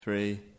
three